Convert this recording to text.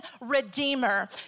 Redeemer